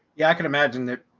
yeah, i can imagine that.